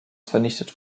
vernichtet